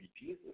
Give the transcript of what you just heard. Jesus